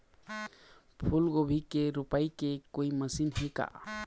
फूलगोभी के रोपाई के कोई मशीन हे का?